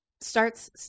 Starts